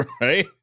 right